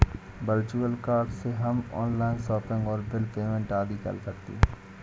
virtual card से हम online shopping और बिल पेमेंट आदि कर सकते है